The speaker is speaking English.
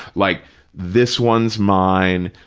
like this one's mine,